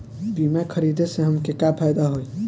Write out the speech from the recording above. बीमा खरीदे से हमके का फायदा होई?